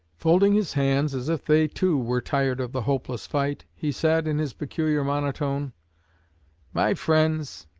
folding his hands, as if they too were tired of the hopeless fight, he said, in his peculiar monotone my friends,